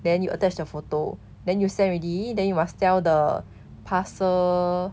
then you attach a photo then you send already then you must tell the parcel